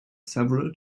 several